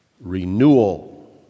renewal